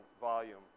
volume